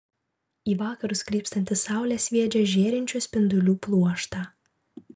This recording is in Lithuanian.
į vakarus krypstanti saulė sviedžia žėrinčių spindulių pluoštą